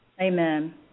Amen